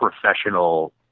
professional